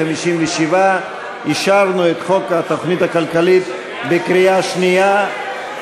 57. אישרנו את חוק התוכנית הכלכלית בקריאה שנייה.